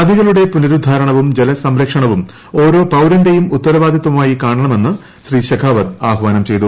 നദികളുടെ പുനരുദ്ധാരണവും ജലസംരക്ഷണവും ഓരോ പൌരന്റെയും ഉത്തരവാദിത്വമായി കാണണമെന്ന് ശ്രീ ശെഖാവത് ആഹ്വാനം ചെയ്തു